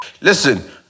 Listen